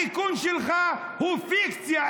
התיקון שלך הוא פיקציה.